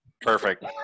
Perfect